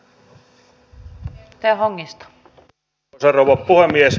arvoisa rouva puhemies